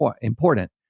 important